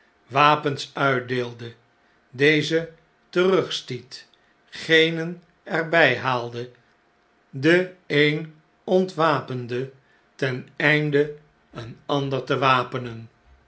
wapens uitdeelde dezen terugstiet genen er bij haalde den een ontwapende ten einde een ander te wapenen